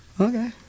Okay